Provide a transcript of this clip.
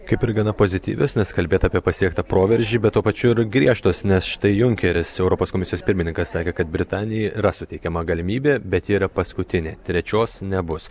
kaip ir gana pozityvesnės kalbėt apie pasiektą proveržį bet tuo pačiu ir griežtos nes štai junkeris europos komisijos pirmininkas sakė kad britanijai yra suteikiama galimybė bet yra paskutinė trečios nebus